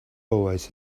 always